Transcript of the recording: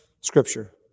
Scripture